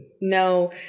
No